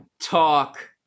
talk